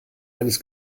eines